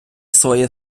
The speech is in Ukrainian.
своє